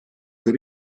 per